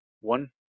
one